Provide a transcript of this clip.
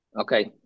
Okay